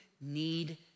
need